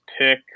pick